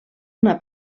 una